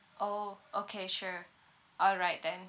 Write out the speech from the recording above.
orh okay sure all right then